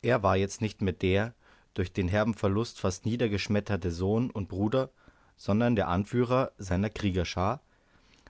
er war jetzt nicht mehr der durch den herben verlust fast niedergeschmetterte sohn und bruder sondern der anführer seiner kriegerschar